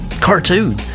cartoon